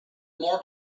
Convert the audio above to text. more